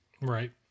Right